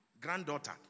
granddaughter